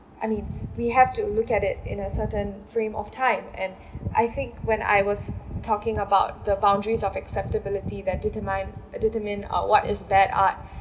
I mean we have to look at it in a certain frame of time and I think when I was talking about the boundaries of acceptability that determine determine uh what is bad art